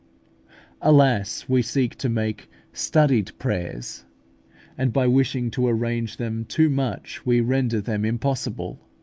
alas! we seek to make studied prayers and by wishing to arrange them too much, we render them impossible.